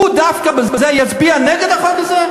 הוא דווקא יצביע נגד החוק הזה?